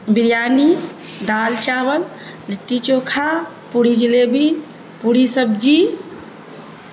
بریانی دال چاول لٹی چوکھا پوڑی جلیبی پوڑی سبزی